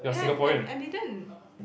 eh I I I didn't